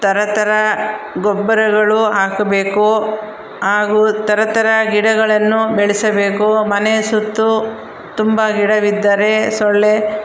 ಥರ ಥರ ಗೊಬ್ಬರಗಳು ಹಾಕಬೇಕು ಹಾಗೂ ಥರ ಥರ ಗಿಡಗಳನ್ನು ಬೆಳೆಸಬೇಕು ಮನೆಯ ಸುತ್ತು ತುಂಬ ಗಿಡವಿದ್ದರೆ ಸೊಳ್ಳೆ